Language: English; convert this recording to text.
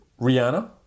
Rihanna